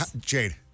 Jade